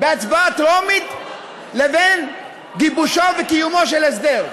בהצבעה טרומית לבין גיבושו וקיומו של הסדר?